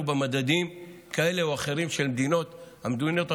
במדדים כאלה או אחרים של המדינות המפותחות,